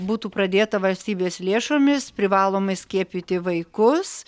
būtų pradėta valstybės lėšomis privalomai skiepyti vaikus